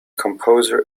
composer